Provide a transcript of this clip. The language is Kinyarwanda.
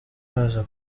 baza